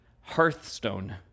hearthstone